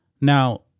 Now